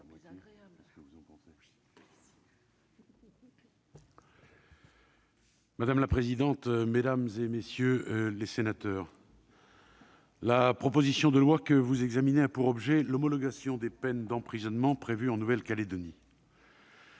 Madame la présidente, mesdames, messieurs les sénateurs, la proposition de loi que vous examinez aujourd'hui a pour objet l'homologation des peines d'emprisonnement prévues en Nouvelle-Calédonie.